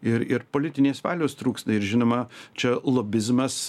ir ir politinės valios trūksta ir žinoma čia lobizmas